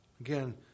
Again